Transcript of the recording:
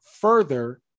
further